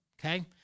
okay